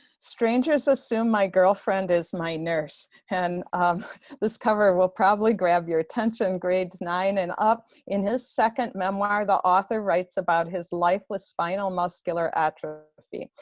strangers assume my girlfriend is my nurse. and this cover will probably grab your attention. grades nine and up. in his second memoir the author writes about his life with spinal muscular atrophy.